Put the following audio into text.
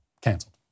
canceled